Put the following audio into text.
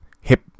hip